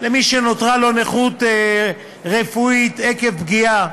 למי שנותרה לו נכות רפואית עקב פגיעה,